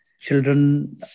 Children